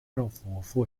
政府